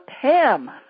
Pam